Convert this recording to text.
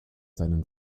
seinen